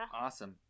Awesome